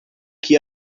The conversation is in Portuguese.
que